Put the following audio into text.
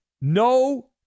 No